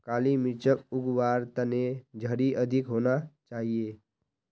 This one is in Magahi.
काली मिर्चक उग वार तने झड़ी अधिक होना चाहिए